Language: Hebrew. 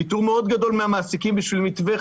זה ויתור מאוד גדול מהמעסיקים בשביל מתווה,